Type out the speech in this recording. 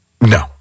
No